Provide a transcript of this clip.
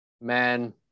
man